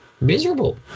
Miserable